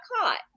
caught